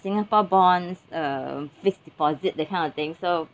singapore bonds uh fixed deposit that kind of thing so